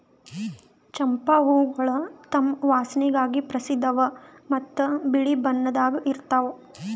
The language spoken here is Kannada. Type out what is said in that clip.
ಚಂಪಾ ಹೂವುಗೊಳ್ ತಮ್ ವಾಸನೆಗಾಗಿ ಪ್ರಸಿದ್ಧ ಅವಾ ಮತ್ತ ಬಿಳಿ ಬಣ್ಣದಾಗ್ ಇರ್ತಾವ್